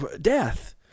death